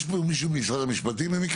במקרה, יש פה מישהו ממשרד המשפטים?